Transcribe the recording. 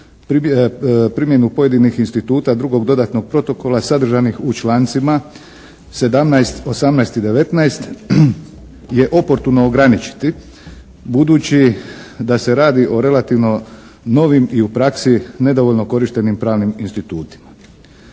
primjenu pojedinih instituta drugog dodatnog protokola sadržanih u člancima 17., 18. i 19. je oportuno ograničiti budući da se radi o relativno novim i u praksi nedovoljno korištenim pravnim institutima.